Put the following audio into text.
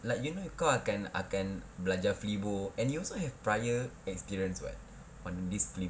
like you know kau akan akan belajar phelbo and you also have prior experience on this field